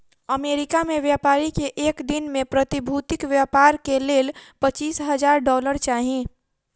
America में व्यापारी के एक दिन में प्रतिभूतिक व्यापार के लेल पचीस हजार डॉलर चाही